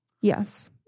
yes